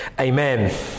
amen